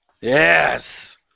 Yes